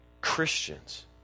Christians